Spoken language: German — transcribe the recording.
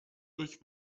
durch